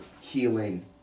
healing